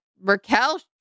Raquel